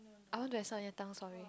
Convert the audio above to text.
I want to have samgyetang sorry